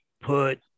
put